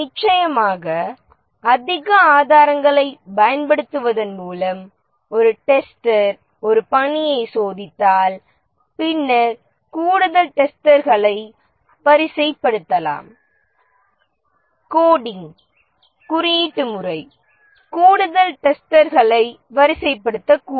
நிச்சயமாக அதிக ஆதாரங்களை பயன்படுத்துவதன் மூலம் ஒரு டெஸ்டர் ஒரு பணியை சோதித்தால் பின்னர் கூடுதல் டெஸ்டர்களை வரிசைப்படுத்தலாம் கோடிங் குறியீட்டு முறை கூடுதல் டெஸ்டர்களை வரிசைப்படுத்தக்கூடும்